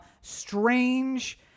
Strange